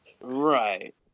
Right